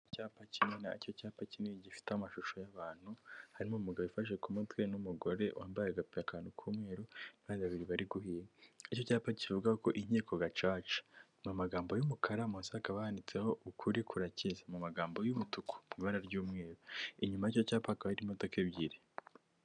Icyapa kinini, icyo cyapa kinini gifite amashusho y'abantu harimo umugabo ufashe ku mutwe n'umugore wambaye akantu k'umweru kandi babiri bari guhiga icyapa kivuga ko inkiko gacaca mu amagambo y'umukara, maze akaba yanditseho ukuri kurakiza mu magambo y'umutuku, ibara ry'umweru; inyuma y'icyo cyapaga hakaba hari imodoka ebyiri.